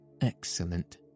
Excellent